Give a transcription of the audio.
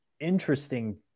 interesting